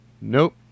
Nope